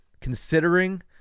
considering